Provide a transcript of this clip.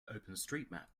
openstreetmap